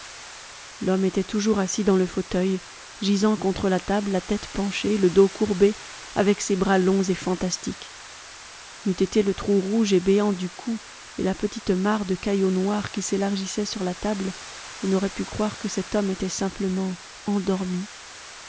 l'homme était toujours assis dans le fauteuil gisant contre la table la tête penchée le dos courbé avec ses bras longs et fantastiques n'eût été le trou rouge et béant du cou et la petite mare de caillots noirs qui s'élargissait sur la table on aurait pu croire que cet homme était simplement endormi